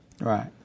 Right